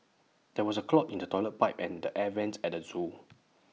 there is A clog in the Toilet Pipe and the air Vents at the Zoo